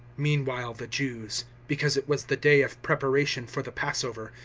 meanwhile the jews, because it was the day of preparation for the passover,